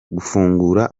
gufungura